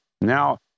now